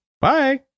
bye